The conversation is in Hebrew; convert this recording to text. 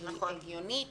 הגיונית